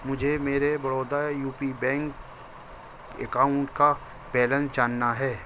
مجھے میرے Baroda U P bank account کا بیلنس جاننا ہے